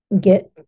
get